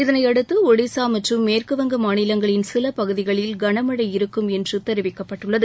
இதனையடுத்து இடிசா மற்றும் மேற்குவங்க மாநிலங்களின் சில பகுதிகளில் கனமழை இருக்கும் என்று தெரிவிக்கப்பட்டுள்ளது